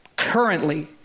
currently